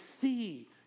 see